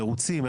מרוצים?